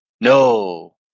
No